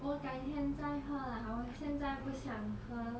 我改天再喝啦我现在不想喝